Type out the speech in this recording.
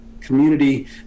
community